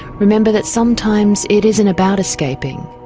remember that sometimes it isn't about escaping,